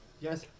Yes